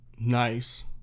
nice